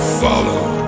follow